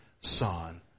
Son